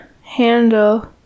handle